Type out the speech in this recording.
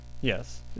Yes